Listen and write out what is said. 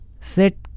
Sit